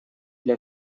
для